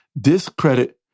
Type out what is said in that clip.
discredit